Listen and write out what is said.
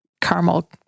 caramel